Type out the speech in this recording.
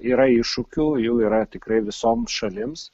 yra iššūkių jų yra tikrai visoms šalims